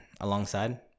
Alongside